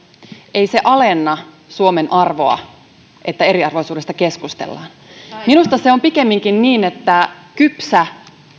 ei se alenna suomen arvoa että eriarvoisuudesta keskustellaan minusta se on pikemminkin niin että kypsä